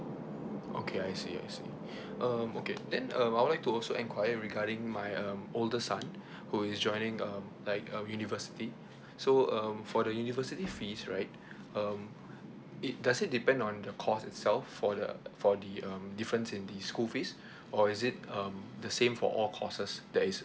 okay I see I see um okay then um I would like to also enquire regarding my um older son who is joining um like a university so um for the university fees right um it does it depend on the course itself for the for the um difference in the school fees or is it um the same for all courses that is